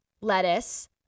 lettuce